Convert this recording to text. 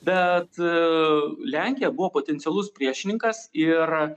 bet lenkija buvo potencialus priešininkas ir